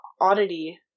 oddity